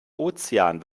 ozean